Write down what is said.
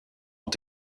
ont